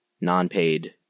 non-paid